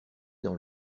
dans